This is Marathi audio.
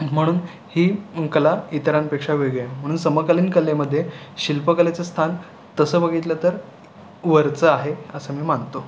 म्हणून ही कला इतरांपेक्षा वेगळी आहे म्हणून समकालीन कलेमध्ये शिल्पकलेचं स्थान तसं बघितलं तर वरचं आहे असं मी मानतो